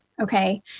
Okay